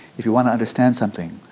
if you want to understand something,